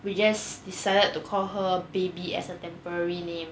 we just decided to call her baby as a temporary name